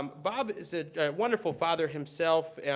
um bob is a wonderful father himself.